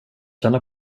känna